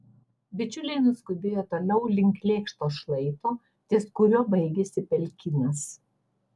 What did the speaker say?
bičiuliai nuskubėjo toliau link lėkšto šlaito ties kuriuo baigėsi pelkynas